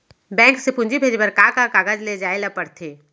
Bank से पूंजी भेजे बर का का कागज ले जाये ल पड़थे?